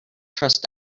trust